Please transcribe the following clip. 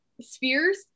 spheres